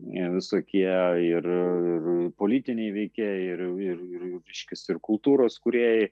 visokie ir ir politiniai veikėjai ir ir reiškiasi ir kultūros kūrėjai